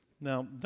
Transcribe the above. Now